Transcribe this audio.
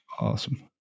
awesome